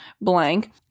blank